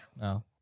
no